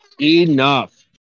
Enough